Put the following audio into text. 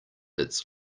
its